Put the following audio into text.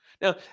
Now